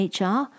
HR